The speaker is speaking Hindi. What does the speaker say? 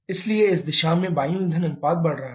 इसलिए इस दिशा में वायु ईंधन अनुपात बढ़ रहा है